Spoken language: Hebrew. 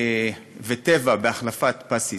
"טבע" בהחלפת פס ייצור,